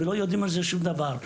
ולא יודעים על זה שום דבר.